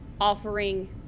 offering